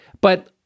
But-